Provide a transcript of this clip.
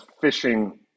fishing –